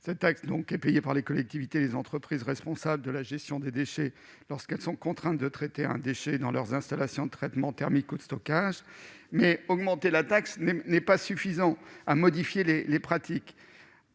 je le rappelle, est payée par les collectivités et les entreprises responsables de la gestion des déchets lorsqu'elles sont contraintes de traiter un déchet dans leurs installations de traitement thermique ou de stockage. Augmenter la taxe n'est pas suffisant pour modifier les pratiques.